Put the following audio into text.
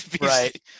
Right